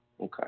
Okay